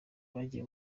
bagiye